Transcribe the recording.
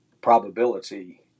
probability